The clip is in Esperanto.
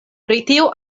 britio